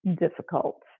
difficult